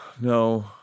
no